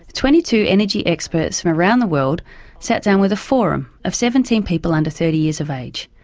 twenty-two energy experts from around the world sat down with a forum of seventeen people under thirty years of age.